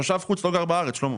תושב חוץ לא גר בארץ, שלמה,